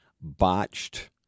botched